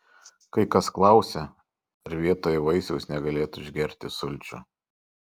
kai kas klausia ar vietoj vaisiaus negalėtų išgerti sulčių